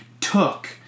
took